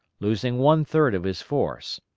losing one-third of his force.